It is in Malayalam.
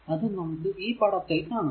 അത് നമുക്ക് ഈ പടത്തിൽ കാണാം